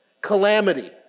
Calamity